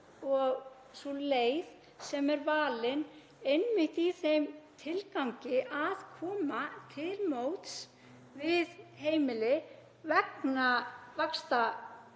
og sú leið sem er valin einmitt í þeim tilgangi að koma til móts við heimili vegna